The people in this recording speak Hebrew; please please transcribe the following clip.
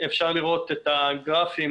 אפשר לראות את הגרפים,